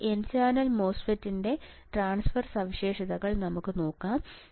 ഇപ്പോൾ n channel MOSFET ന്റെ transfer സവിശേഷതകൾ നമുക്ക് നോക്കാം